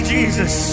Jesus